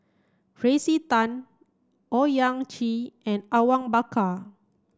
Tracey Tan Owyang Chi and Awang Bakar